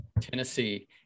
tennessee